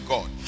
God